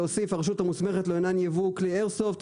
להוסיף הרשות המוסמכת לעניין ייבוא כלי איירסופט.